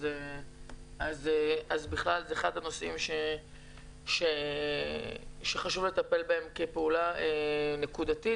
אז בכלל זה אחד הנושאים שחשוב לטפל בהם כפעולה נקודתית,